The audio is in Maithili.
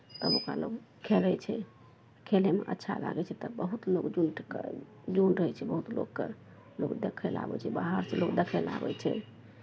तब ओकरा लोक खेलै छै खेलयमे अच्छा लागै छै तब बहुत लोक जुटि कऽ जुटै छै बहुत लोककेँ लोक देखय लए आबै छै बाहरसँ लोक देखय लए आबै छै